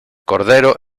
cordero